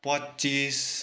पच्चिस